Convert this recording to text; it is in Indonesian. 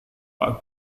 pak